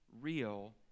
real